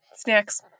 Snacks